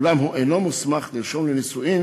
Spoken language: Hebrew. אולם הוא אינו מוסמך לרשום לנישואים